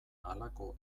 halako